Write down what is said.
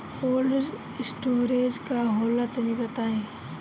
Cold storage का होला तनि बताई?